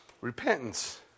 repentance